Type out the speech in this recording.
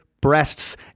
breasts